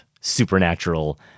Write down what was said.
supernatural